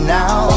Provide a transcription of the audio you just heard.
now